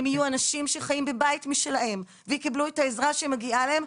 הם יהיו אנשים שחיים בבית משלהם ויקבלו את העזרה שמגיעה להם,